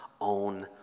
own